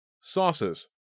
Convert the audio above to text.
Sauces